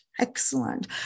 Excellent